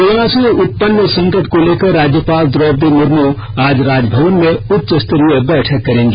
corona से उत्पन्न संकट को लेकर राज्यपाल द्रौपदी मुर्मू आज राजभवन में उच्चस्तरीय बैठक करेंगी